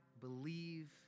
believe